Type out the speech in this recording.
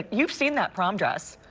you've seen that prom dress.